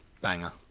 Banger